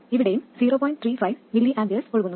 35 mA ഒഴുകുന്നു